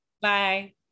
Bye